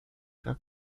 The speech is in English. from